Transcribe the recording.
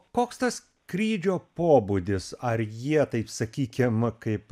koks tas skrydžio pobūdis ar jie taip sakykim kaip